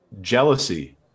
jealousy